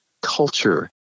culture